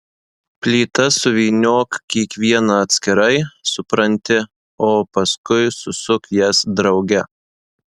plytas suvyniok kiekvieną atskirai supranti o paskui susuk jas drauge